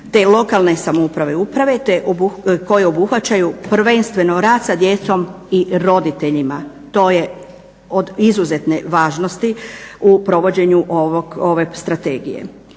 te lokalne samouprave i uprave koje obuhvaćaju prvenstveno rad sa djecom i roditeljima. To je od izuzetne važnosti u provođenju ove strategije.